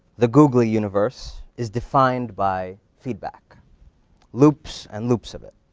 the google universe, is defined by feedback loops and loops of it.